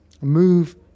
move